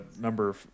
Number